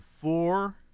four